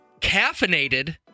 Caffeinated